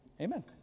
Amen